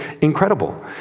incredible